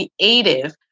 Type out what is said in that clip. creative